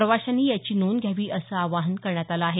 प्रवाशांनी याची नोंद घ्यावी असं आवाहन करण्यात आलं आहे